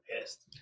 pissed